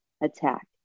attack